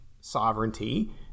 sovereignty